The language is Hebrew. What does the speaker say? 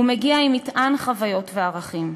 הוא מגיע עם מטען חוויות וערכים.